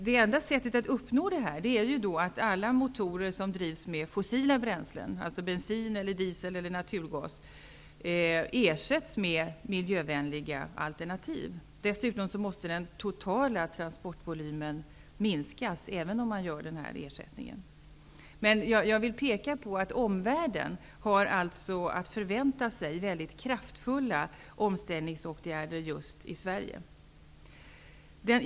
Det enda sättet att uppfylla målen är att ersätta alla motorer som drivs med fossila bränslen, dvs. bensin, diesel eller naturgas, med miljövänliga alternativ. Dessutom måste den totala transportvolymen minskas, även om den här ersättningen kommer till stånd. Jag vill peka på att omvärlden förväntar sig väldigt kraftfulla åtgärder just i Sverige.